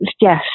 Yes